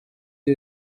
iyi